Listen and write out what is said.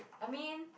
I mean